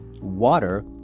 water